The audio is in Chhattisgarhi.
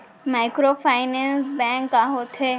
माइक्रोफाइनेंस बैंक का होथे?